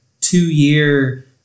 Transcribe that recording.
two-year